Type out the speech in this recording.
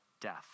death